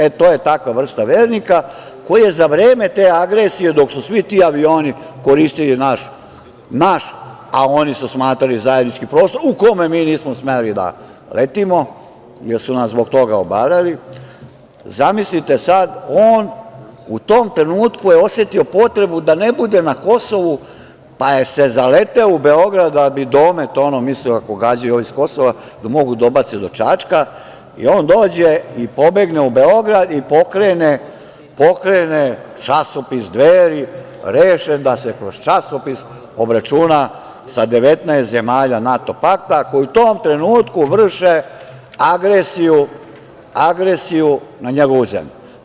E to je takva vrsta vernika koji je za vreme te agresije dok su svi avioni koristili naš, a oni su smatrali zajednički prostor u kome mi nismo smeli da letimo, jer su nas zbog toga obarali, zamislite sada, on je u tom trenutku potrebu da ne bude na Kosovo pa se zaleteo u Beograd da bi domet, ako ovi gađaju sa Kosova, da mogu da dobace do Čačka, i on dođe i pobegne u Beograd i pokrene časopis „Dveri“, rešen da se kroz časopis obračuna sa 19 zemalja NATO pakta koji u tom trenutku vrše agresiju na njegovu zemlju.